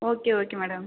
okay okay madam